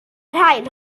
rain